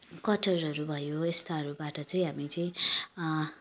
कटहरूहरू भयो यस्ताहरूबाट चाहिँ हामी चाहिँ